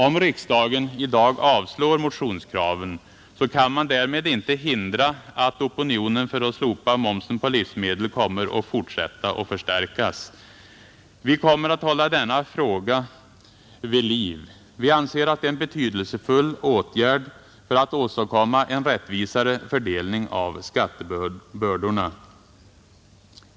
Om riksdagen i dag avslår motionskraven kan man därmed inte hindra att opinionen för att slopa momsen på livsmedel kommer att fortsätta att förstärkas. Vi kommer också att hålla denna fråga vid liv. Vi anser att det är en betydelsefull åtgärd för att åstadkomma en rättvisare fördelning av skattebördorna.